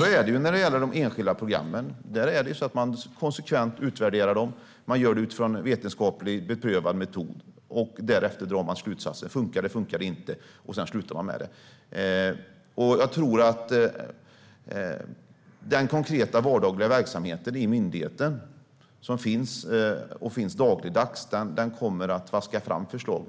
Så är det när det gäller de enskilda programmen: Man utvärderar dem konsekvent, och man gör det utifrån en vetenskapligt beprövad metod. Därefter drar man slutsatser. Funkar det eller funkar det inte? Om något inte funkar slutar man med det. Jag är helt övertygad om att den konkreta vardagliga verksamhet som finns i myndigheten kommer att vaska fram förslag